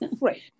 Right